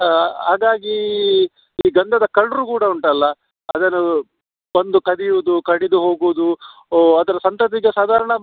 ಹಾಗಾಗಿ ಈ ಗಂಧದ ಕಳ್ಳರು ಕೂಡ ಉಂಟಲ್ಲ ಅದನ್ನು ಬಂದು ಕದಿಯೋದು ಕಡಿದು ಹೋಗೋದು ಅದರ ಸಂತತಿ ಈಗ ಸಾಧಾರಣ